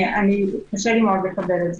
קשה לי מאוד לקבל.